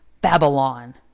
babylon